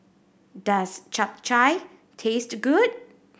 does Chap Chai taste good